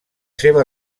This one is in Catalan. seva